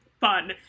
fun